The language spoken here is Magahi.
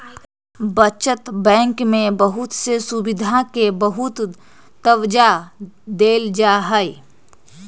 बचत बैंक में बहुत से सुविधा के बहुत तबज्जा देयल जाहई